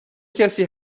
کسی